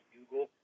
Google